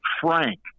Frank